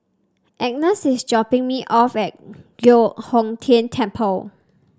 Agnes is dropping me off at Giok Hong Tian Temple